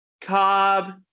Cobb